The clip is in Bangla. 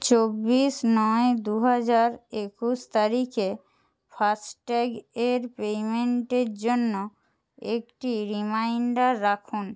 চব্বিশ নয় দু হাজার একুশ তারিখে ফাস্ট্যাগ এর পেমেন্টের জন্য একটি রিমাইণ্ডার রাখুন